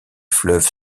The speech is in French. fleuve